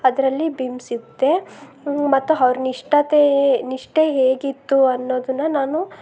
ಅದರಲ್ಲಿ ಬಿಂಬ್ಸುತ್ತೆ ಮತ್ತು ಅವ್ರ ನಿಷ್ಠತೆ ನಿಷ್ಠೆ ಹೇಗಿತ್ತು ಅನ್ನೋದನ್ನ ನಾನು